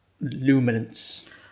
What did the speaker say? luminance